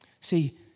See